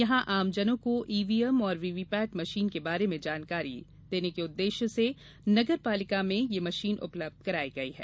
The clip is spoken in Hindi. यहां आमजनों को ईव्हीएम और व्हीव्हीपैट मशीन के बारे में जानकारी प्रदान करने के उद्देश्य से नगर पालिका में यह मशीन उपलब्ध कराई गई है